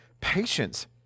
patience